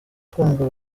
kumva